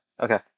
okay